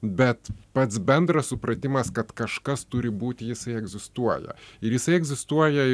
bet pats bendras supratimas kad kažkas turi būt jisai egzistuoja ir jisai egzistuoja